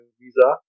visa